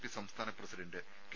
P സംസ്ഥാന president K